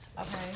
Okay